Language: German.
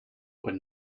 und